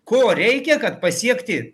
ko reikia kad pasiekti